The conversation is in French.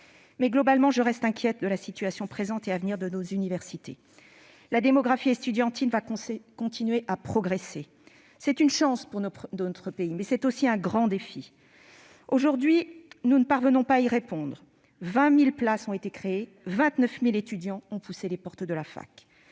reste globalement inquiète de la situation présente et à venir de nos universités. La démographie estudiantine va continuer à progresser. C'est une chance pour notre pays, mais c'est aussi un grand défi. Aujourd'hui, nous ne parvenons pas y répondre : 20 000 places ont été créées ; 29 000 étudiants ont poussé les portes de la fac.